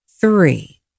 Three